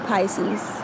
Pisces